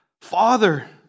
father